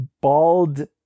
bald